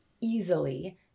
easily